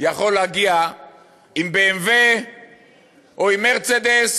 יכול להגיע עם ב.מ.וו או עם מרצדס